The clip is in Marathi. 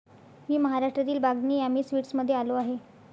मी महाराष्ट्रातील बागनी यामी स्वीट्समध्ये आलो आहे